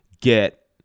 get